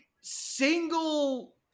single